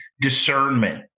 discernment